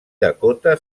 dakota